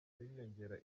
biriyongera